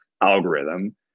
algorithm